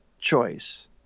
choice